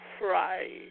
right